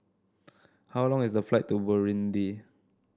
how long is the flight to Burundi